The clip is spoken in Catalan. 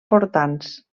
portants